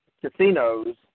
casinos